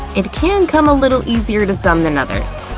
it can come a little easier to some than others.